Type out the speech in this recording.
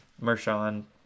Mershon